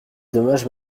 dommages